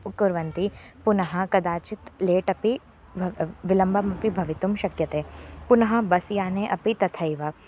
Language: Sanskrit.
कुर्वन्ति पुनः कदाचित् लेट् अपि भवति विलम्बमपि भवितुं शक्यते पुनः बस्याने अपि तथैव